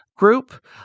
Group